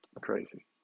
Crazy